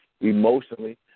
emotionally